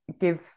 give